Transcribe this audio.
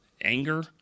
anger